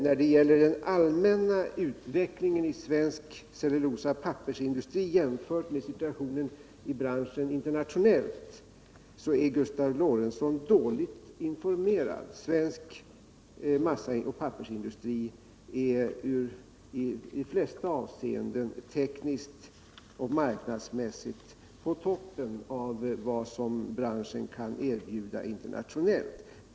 När det gäller den allmänna utvecklingen inom svensk cellulosaoch pappersindustri jämfört med situationen i branschen internationellt är Gustav Lorentzon dåligt informerad. Svensk massaoch pappersindustri är i de flesta avseenden tekniskt och marknadsmässigt på toppen av vad branschen kan erbjuda internationellt.